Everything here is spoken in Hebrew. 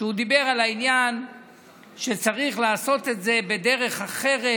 שדיבר על העניין שצריך לעשות את זה בדרך אחרת